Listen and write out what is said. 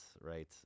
right